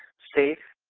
safe,